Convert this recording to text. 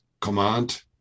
command